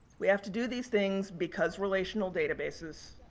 we have to do these things because relational databases,